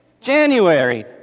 January